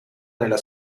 nella